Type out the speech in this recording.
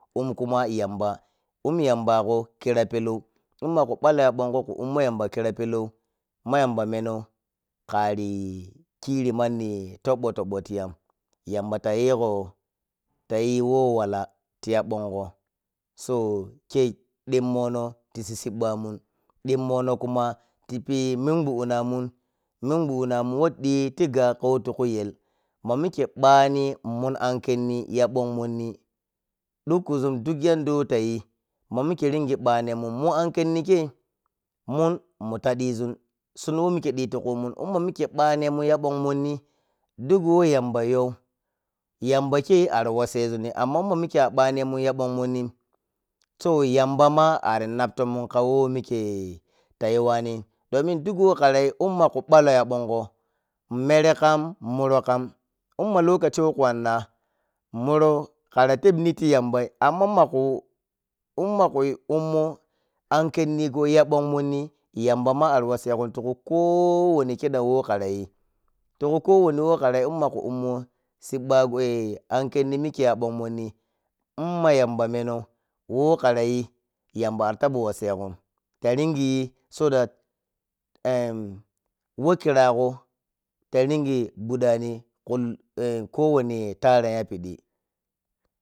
Umkuma yamba um yamba bago kira palou un magu balga bongo khu umo yamba kira palou ma yamba menou kan kiri manni toibo-toɓɓtiyan yanba tayigo tayi whon wala hyabongo so kodimnono tisi sibbamun ɗimnono kuma tipi minguddinan, un who thiti gay kawo ɗhitikuyet manike bani mun ankhenni yabong monni dukkuzun duk kiddu whotayi mamike ringi banmun mun ankhennikei mun mu tadizun sunwo who mike ɗhi tikumun umma mike banemun ya bong monni duk whe yambayo yambakei ariwassezunni amma manika yabanenmun yabong monnin to yambamo ara nap tomon kawo mike tayuwanin donin duk who karayi ummagu ballo ya bongo merekam murokam umma lokaci who khuwanna muro karatop niti yambai amma makhu ummakhu ummou ankhennigo yabong monni yamba ma ari wassego tiku kowani kiɗam who karayi tikukowuni karayi umaga umma sibbago oh ankhenni mikai yabong monni umma yamba menou who karayi yamba aritaba waswgon ta ringi so dat who kirago taringi guɗani kul eh ko wani taran yapidi.